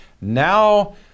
now